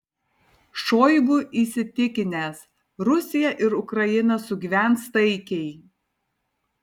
šoigu įsitikinęs rusija ir ukraina sugyvens taikiai